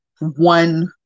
one